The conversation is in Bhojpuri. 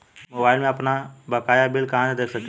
मोबाइल में आपनबकाया बिल कहाँसे देख सकिले?